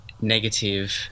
negative